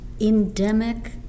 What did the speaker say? endemic